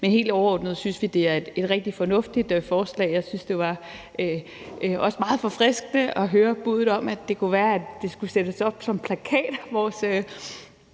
Men helt overordnet synes vi, det er et rigtig fornuftigt forslag. Jeg synes også, det var meget forfriskende at høre buddet om, at det kunne være, at vores lovgivning skulle sættes op som plakat.